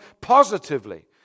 positively